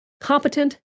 competent